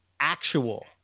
actual